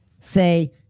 say